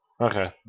Okay